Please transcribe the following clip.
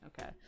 Okay